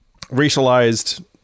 racialized